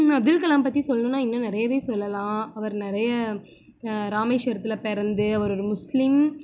அப்துல் கலாம் பற்றி சொல்லணும்னா இன்னும் நிறையவே சொல்லலாம் அவர் நிறைய ராமேஸ்வரத்தில் பிறந்து அவர் ஒரு முஸ்லீம்